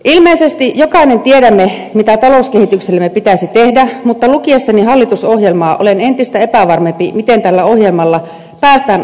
ilmeisesti jokainen tiedämme mitä talouskehityksellemme pitäisi tehdä mutta lukiessani hallitusohjelmaa olen entistä epävarmempi miten tällä ohjelmalla päästään asetettuihin tavoitteisiin